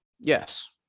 Yes